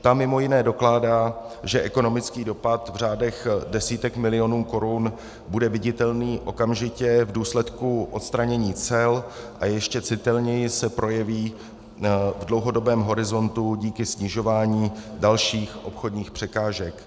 Ta mimo jiné dokládá, že ekonomický dopad v řádech desítek milionů korun bude viditelný okamžitě v důsledku odstranění cel a ještě citelněji se projeví v dlouhodobém horizontu díky snižování dalších obchodních překážek.